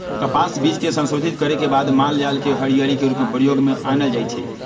कपास बीज के संशोधित करे के बाद मालजाल के हरियरी के रूप में प्रयोग में आनल जाइ छइ